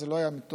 זה לא היה מתוך